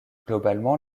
globalement